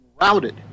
routed